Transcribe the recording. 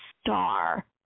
star